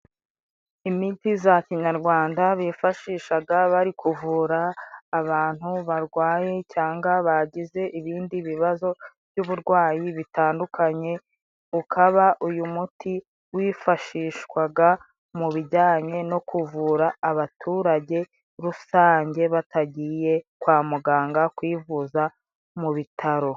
Imiti za kinyarwanda bifashishaga bari kuvura abantu barwaye, cyangwa bagize ibindi bibazo by'uburwayi bitandukanye. Ukaba uyu muti wifashishwaga mu bijyanye no kuvura abaturage rusange batagiye kwa muganga kwivuza mu bitaro.